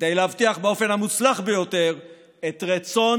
כדי להבטיח באופן המוצלח ביותר את רצון